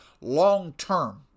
long-term